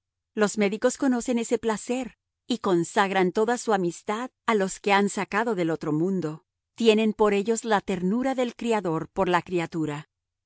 los médicos conocen ese placer y consagran toda su amistad a los que han sacado del otro mundo tienen por ellos la ternura del criador por la criatura